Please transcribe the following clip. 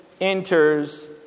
enters